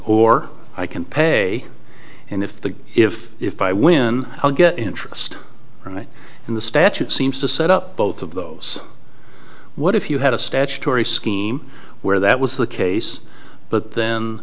or i can pay and if the if if i win i'll get interest right in the statute seems to set up both of those what if you had a statutory scheme where that was the case but then